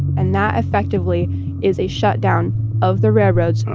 and that effectively is a shutdown of the railroads. um